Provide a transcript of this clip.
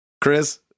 Chris